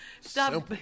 Stop